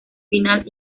final